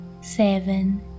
seven